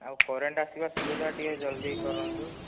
ଆଉ କରେଣ୍ଟ ଆସିବା ସୁବିଧା ଟିକେ ଜଲ୍ଦି କରନ୍ତୁ